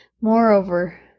Moreover